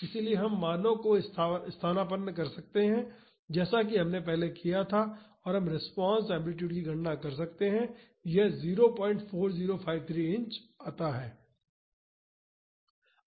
इसलिए हम मानों को स्थानापन्न कर सकते हैं जैसा कि हमने पहले किया था और हम रिस्पांस एम्पलीटूड की गणना कर सकते हैं और यह 04053 इंच आता है